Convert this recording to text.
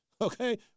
okay